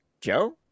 Joe